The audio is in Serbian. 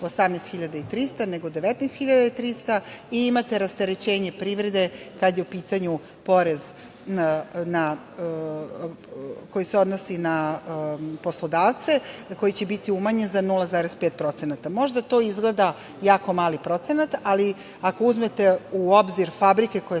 18.300, nego 19.300 i imate rasterećenje privrede kada je u pitanju porez koji se odnosi poslodavce, koji će biti umanjen za 0,5%. Možda to izgleda jako mali procenat, ali ako uzmete u obzir fabrike koje